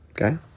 Okay